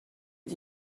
les